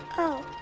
oh,